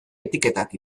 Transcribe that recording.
etiketak